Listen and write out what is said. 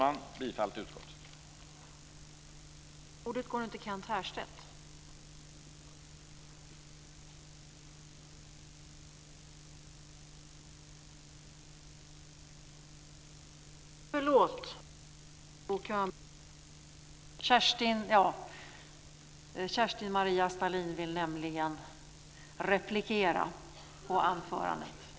Jag yrkar bifall till utskottets förslag.